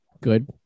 good